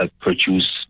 produce